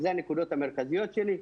אלו הנקודות המרכזיות שלי.